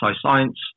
science